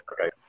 Okay